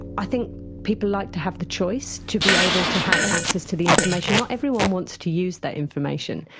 i think people like to have the choice to be able to have access to the information. not everyone wants to use that information,